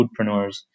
foodpreneurs